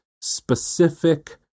specific